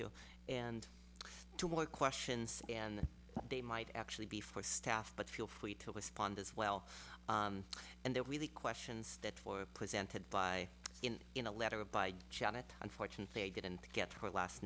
you and two more questions and they might actually be for staff but feel free to respond as well and they really questions that for presented by in in a letter by janet unfortunately i didn't get her last